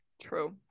true